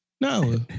No